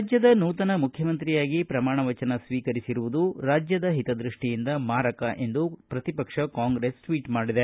ರಾಜ್ಯದ ನೂತನ ಮುಖ್ಯಮಂತ್ರಿಯಾಗಿ ಪ್ರಮಾಣ ವಚನ ಸ್ವೀಕರಿಸಿರುವುದು ರಾಜ್ಯದ ಹಿತದೃಷ್ಟಿಯಿಂದ ಮಾರಕ ಎಂದು ಪ್ರತಿಪಕ್ಷ ಕಾಂಗ್ರೆಸ್ ಟ್ವೀಟ್ ಮಾಡಿದೆ